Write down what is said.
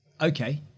Okay